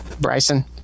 Bryson